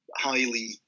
highly